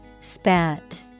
Spat